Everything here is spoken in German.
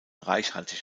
reichhaltig